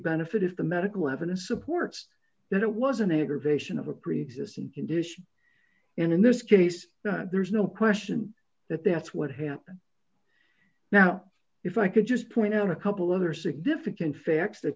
benefit if the medical evidence supports that it was an aggravation of a preexisting condition and in this case there's no question that that's what happened now if i could just point out a couple other significant facts t